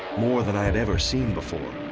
more than i had ever seen before,